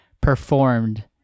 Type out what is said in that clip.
performed